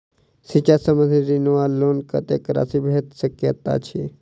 शिक्षा संबंधित ऋण वा लोन कत्तेक राशि भेट सकैत अछि?